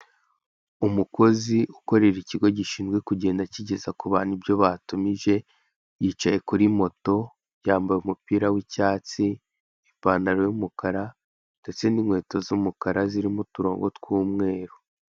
Umukozi ukorera ikigo gishinzwe kugenda kigeza kubantu ibyo batumije, yicaye kuri moto, yambaye umupira w'icyatsi, ipantaro y'umukara, ndetse n'inkweto z'umukara zirimo uturongo tw'umweru.